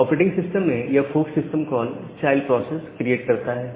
operating system में यह fork system call child process create करता है